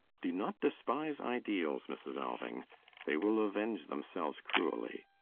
do not despise ideals, mrs. alving they will avenge themselves cruelly.